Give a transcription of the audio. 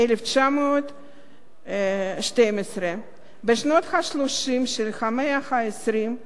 1912. בשנות ה-30 של המאה ה-20 הוא עבד כאן,